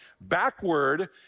backward